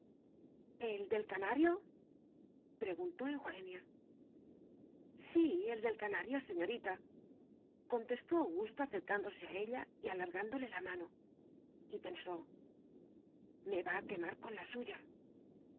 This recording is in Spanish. el del canario preguntó eugenia sí el del canario señoritacontestó augusto acercándose a ella y alargándole la mano y pensó me va a quemar con la suya